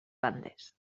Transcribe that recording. bandes